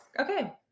Okay